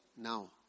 Now